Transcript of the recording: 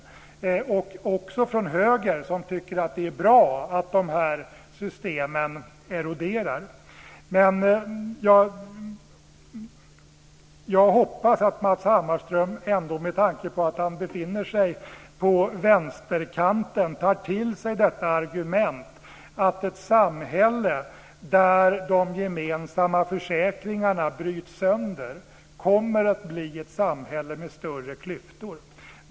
Det sker också från höger, eftersom man tycker att det är bra att systemenen eroderar. Jag hoppas att Matz Hammarström ändå med tanke på att han befinner sig på vänsterkanten tar till sig detta argument. Ett samhälle där de gemensamma försäkringarna bryts sönder kommer att bli ett samhälle med större klyftor.